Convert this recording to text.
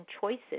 choices